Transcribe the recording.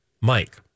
Mike